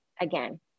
again